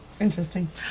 Interesting